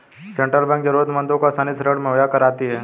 central bank जरूरतमंदों को आसानी से ऋण मुहैय्या कराता है